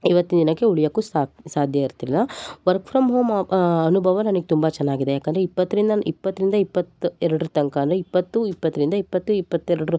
ಇವತ್ತಿನ ದಿನಕ್ಕೆ ಉಳಿಯಕ್ಕೂ ಸಾಧ್ಯ ಇರ್ತಿಲ್ಲ ವರ್ಕ್ ಫ್ರಮ್ ಹೋಮ್ ಅನುಭವ ನನಗೆ ತುಂಬ ಚೆನ್ನಾಗಿದೆ ಯಾಕಂದರೆ ಇಪ್ಪತ್ತರಿಂದ ಇಪ್ಪತ್ತರಿಂದ ಇಪ್ಪತ್ತ ಎರೆಡರ ತನಕ ಅಂದರೆ ಇಪ್ಪತ್ತು ಇಪ್ಪತ್ತರಿಂದ ಇಪ್ಪತ್ತು ಇಪ್ಪತ್ತೆರೆಡು